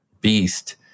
beast